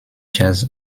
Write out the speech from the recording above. jazz